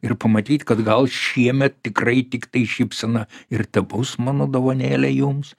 ir pamatyt kad gal šiemet tikrai tiktai šypsena ir tebus mano dovanėlė jums